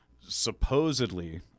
supposedly